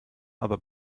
aber